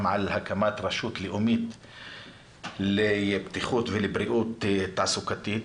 על הקמת רשות לאומית לבטיחות ולבריאות תעסוקתית.